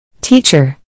Teacher